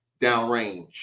downrange